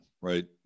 right